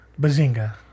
Bazinga